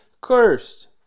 cursed